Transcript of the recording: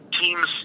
teams